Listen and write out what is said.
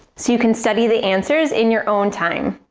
so you can study the answers in your own time.